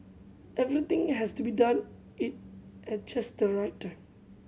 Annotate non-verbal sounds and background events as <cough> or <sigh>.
everything has to be done <unintelligible> at just the right time